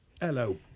Hello